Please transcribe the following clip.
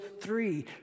three